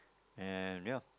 and ya